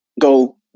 go